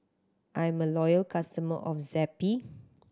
I am a loyal customer of Zappy